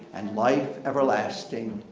and life everlasting,